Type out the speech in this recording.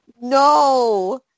No